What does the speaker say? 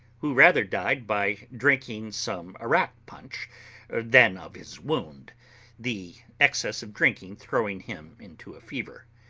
who rather died by drinking some arrack punch than of his wound the excess of drinking throwing him into a fever.